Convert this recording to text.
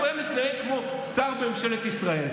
תארו לעצמכם שהשר קרעי היה פה במליאה,